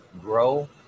grow